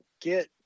Get